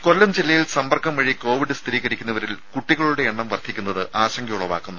രദേ കൊല്ലം ജില്ലയിൽ സമ്പർക്കം വഴി കോവിഡ് സ്ഥിരീകരിക്കുന്നവരിൽ കുട്ടികളുടെ എണ്ണം വർദ്ധിക്കുന്നത് ആശങ്കയുളവാക്കുന്നു